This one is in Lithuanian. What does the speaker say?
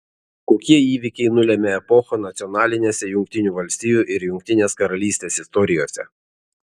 kokie įvykiai nulėmė epochą nacionalinėse jungtinių valstijų ir jungtinės karalystės istorijose